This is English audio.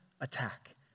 attack